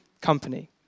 company